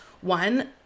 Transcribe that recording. one